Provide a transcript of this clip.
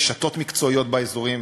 רשתות מקצועיות באזורים,